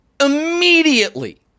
immediately